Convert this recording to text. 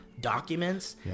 documents